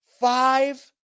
Five